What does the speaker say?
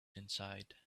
inside